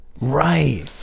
right